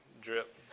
drip